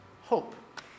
hope